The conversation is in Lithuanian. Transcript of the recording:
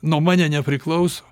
nuo mane nepriklauso